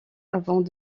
avant